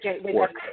work